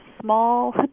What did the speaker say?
small